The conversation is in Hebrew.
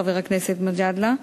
חבר הכנסת מג'אדלה,